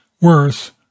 Worse